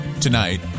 tonight